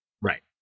Right